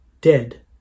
dead